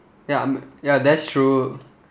ya ya that's true